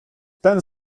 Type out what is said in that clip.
ten